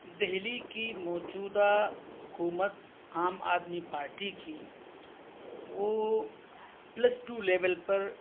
دہلی کی موجودہ حکومت عام آدمی پارٹی کی وہ پلس ٹو لیول پر